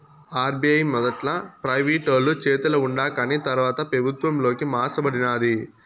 RBI మొదట్ల ప్రైవేటోలు చేతల ఉండాకాని తర్వాత పెబుత్వంలోకి మార్స బడినాది